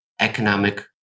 economic